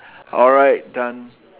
alright done